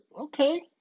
Okay